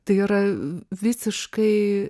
tai yra visiškai